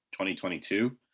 2022